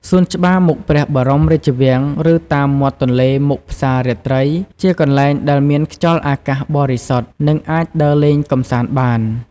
សួនច្បារមុខព្រះបរមរាជវាំង ឬតាមមាត់ទន្លេមុខផ្សាររាត្រី ជាកន្លែងដែលមានខ្យល់អាកាសបរិសុទ្ធ និងអាចដើរលេងកម្សាន្តបាន។